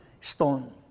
stone